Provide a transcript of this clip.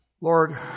Lord